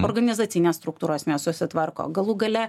organizacinės struktūros nesusitvarko galų gale